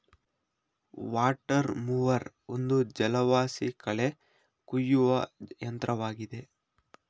water mower ಒಂದು ಜಲವಾಸಿ ಕಳೆ ಕುಯ್ಯುವ ಯಂತ್ರವಾಗಿದೆ